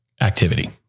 activity